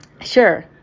sure